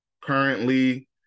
Currently